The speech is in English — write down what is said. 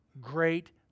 great